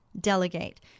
Delegate